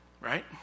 Right